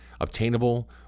obtainable